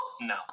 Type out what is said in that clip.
No